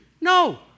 No